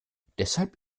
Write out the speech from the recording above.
deshalb